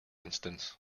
instance